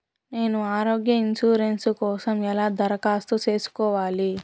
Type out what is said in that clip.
నేను ఆరోగ్య ఇన్సూరెన్సు కోసం ఎలా దరఖాస్తు సేసుకోవాలి